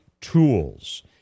tools